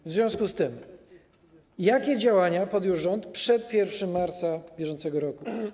W związku z tym: Jakie działania podjął rząd przed 1 marca br.